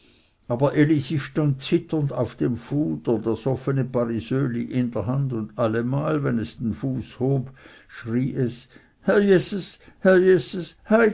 aber elisi stund zitternd auf dem fuder das offene parisöli in der hand und allemal wenn es den fuß hob schrie es herr jeses herr